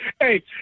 Hey